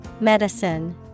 Medicine